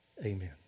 Amen